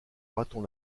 raton